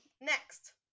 Next